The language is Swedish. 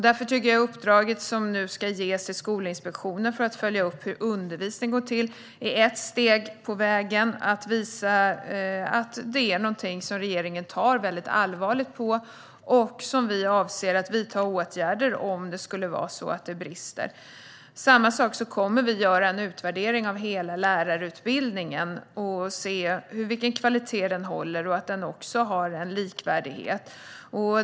Därför tycker jag att det uppdrag som nu ska ges till Skolinspektionen om att följa upp hur undervisningen går till är ett steg på vägen för att visa att detta är något som regeringen tar allvarligt på. Vi avser att vidta åtgärder om det skulle visa sig att det brister. På samma sätt kommer vi att göra en utvärdering av hela lärarutbildningen för att se vilken kvalitet den håller och om det finns en likvärdighet.